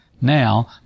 now